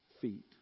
feet